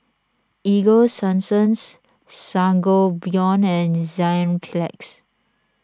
Ego Sunsense Sangobion and Enzyplex